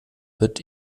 wird